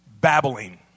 babbling